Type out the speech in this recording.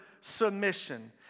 submission